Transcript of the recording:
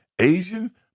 Asian